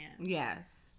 Yes